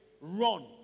run